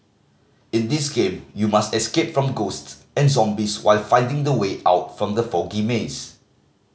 in this game you must escape from ghosts and zombies while finding the way out from the foggy maze